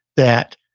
that,